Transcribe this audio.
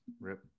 Rip